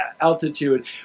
altitude